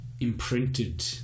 imprinted